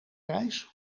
reis